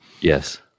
Yes